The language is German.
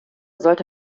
sollte